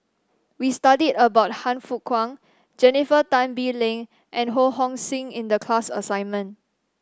we studied about Han Fook Kwang Jennifer Tan Bee Leng and Ho Hong Sing in the class assignment